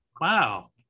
wow